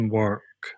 work